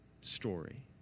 story